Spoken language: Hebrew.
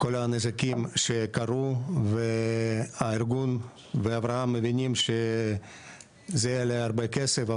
כל הנזקים שקרו והארגון ואברהם מבינים שזה עולה הרבה כסף,